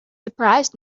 surprised